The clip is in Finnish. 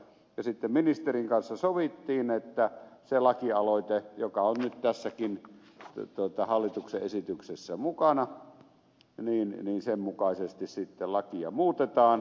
sitten ministerin kanssa sovittiin että se lakialoite joka on nyt tässäkin hallituksen esityksessä mukana niin sen mukaisesti sitten lakia muutetaan